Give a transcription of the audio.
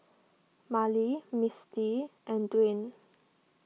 Marlie Misti and Dwayne